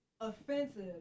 offensive